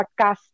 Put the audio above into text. podcast